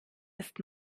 ist